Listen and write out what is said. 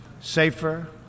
safer